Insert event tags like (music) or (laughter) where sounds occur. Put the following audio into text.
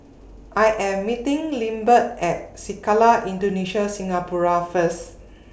I Am meeting Lindbergh At Sekolah Indonesia Singapura First (noise)